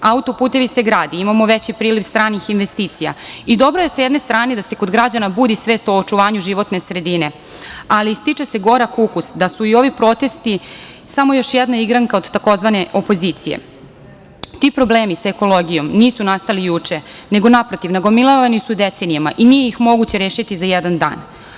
Autoputevi se grade, imamo veći priliv stranih investicija i dobro je sa jedne strane da se kod građana budi svest u očuvanju životne sredine, ali stiče se gorak ukus, da su i ovi protesti samo još jedna igranka od tzv. opozicije, ti problemi sa ekologijom nisu nastali juče, nego su naprotiv nagomilavani decenijama i nije ih moguće rešiti za jedan dan.